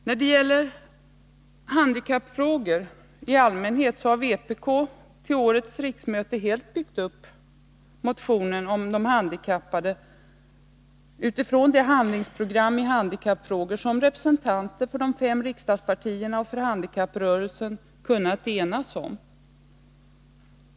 När det gäller handikappfrågor i allmänhet har vpk till årets riksmöte helt byggt upp sin motion om de handikappades situation utifrån det handlingsprogram beträffande handikappfrågor som representanter för de fem riksdagspartierna och för handikapprörelsen kunnat enas om.